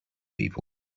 people